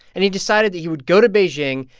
and he decided that he would go to beijing,